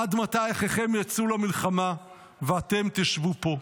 עד מתי אחיכם יצאו למלחמה ואתם תשבו פה?